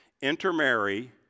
intermarry